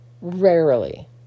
Rarely